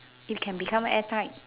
it can become airtight